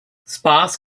sparse